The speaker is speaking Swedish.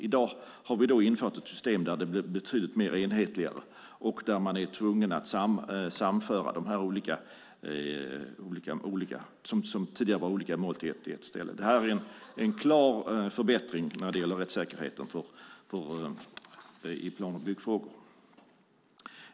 I dag har vi ett system där det är betydligt mer enhetligt och där man är tvungen att sammanföra tidigare olika mål till ett ställe. Det är en klar förbättring när det gäller rättssäkerheten i plan och byggfrågor.